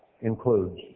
includes